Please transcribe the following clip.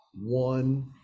one